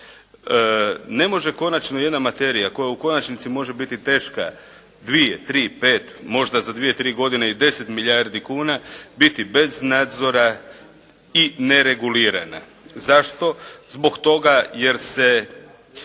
Ne može konačno jedna materija koja u konačnici može biti teška 2, 3, 5 možda za 2, 3 godine i 10 milijardi kuna biti bez nadzora i neregulirana. Zašto? Zbog toga jer se